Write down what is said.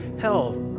hell